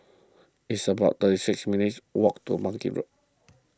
it's about thirty six minutes' walk to Bangkit Road